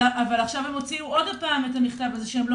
אבל עכשיו הם הוציאו עוד פעם את המכתב הזה שהם לא